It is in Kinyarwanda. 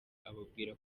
ababwira